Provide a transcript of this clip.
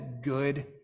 good